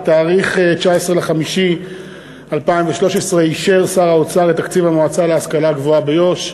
ב-19 במאי 2013 אישר שר האוצר את תקציב המועצה להשכלה גבוהה ביו"ש.